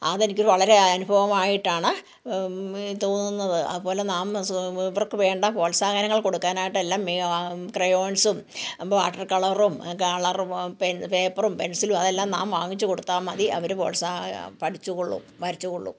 അത് എനിക്ക് വളരെ അനുഭവമായിട്ടാണ് തോന്നുന്നത് അതുപോലെ നാം സു ഇവർക്ക് വേണ്ട പ്രോത്സാഹനങ്ങൾ കൊടുക്കാനായിട്ട്എല്ലാം ക്രയോൺസും വാട്ടർ കളറും കളറും പേപ്പറും പെൻസിലും അത് എല്ലാം നാം വാങ്ങിച്ച് കൊടുത്താൽ മതി അവർ പ്രോത്സാഹന പഠിച്ച് കൊള്ളും വരച്ച് കൊള്ളും